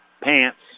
pants